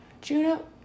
Juno